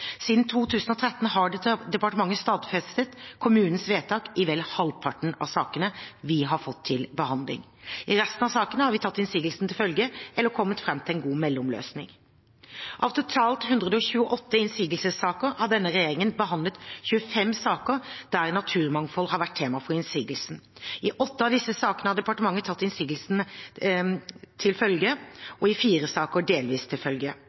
Siden 2013 har departementet stadfestet kommunens vedtak i vel halvparten av sakene vi har fått til behandling. I resten av sakene har vi tatt innsigelsen til følge eller kommet fram til en god mellomløsning. Av totalt 128 innsigelsessaker har denne regjeringen behandlet 25 saker der naturmangfold har vært tema for innsigelsen. I åtte av disse sakene har departementet tatt innsigelsen til følge, i fire saker delvis til følge.